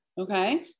Okay